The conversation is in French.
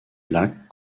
lac